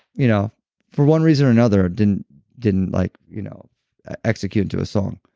you know for one reason or another didn't didn't like you know ah execute into a song.